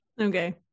Okay